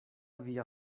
via